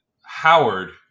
howard